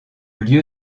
lieu